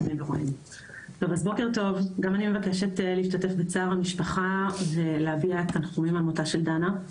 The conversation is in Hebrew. בוקר טוב גם אני משתתפת בצער המשפחה ומביעה תנחומים על מותה של דנה.